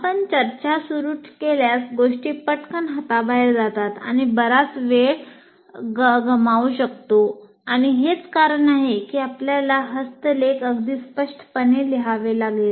आपण चर्चा सुरू केल्यास गोष्टी पटकन हाताबाहेर जातात आणि बराच वेळ गमावू शकतो आणि हेच कारण आहे की आपल्याला हस्तलेख अगदी स्पष्टपणे लिहावे लागेल